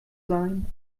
sein